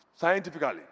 scientifically